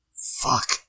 Fuck